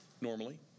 normally